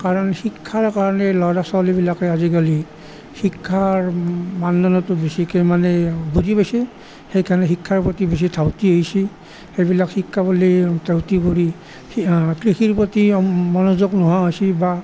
কাৰণ শিক্ষাৰ কাৰণে ল'ৰা ছোৱালীবিলাকে আজিকালি শিক্ষাৰ মানদণ্ডটো বেছিকৈ মানে বুজি পাইছে সেই কাৰণে শিক্ষাৰ প্ৰতি বেছি ধাউতি হৈছে সেইবিলাক শিক্ষাৰ বুলি ধাউতি কৰি কৃষিৰ প্ৰতি মনোযোগ নোহোৱা হৈছে বা